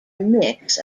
mix